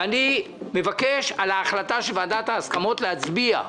ואני מבקש על ההחלטה של ועדת ההסכמות להצביע.